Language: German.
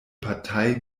partei